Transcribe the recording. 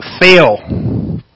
fail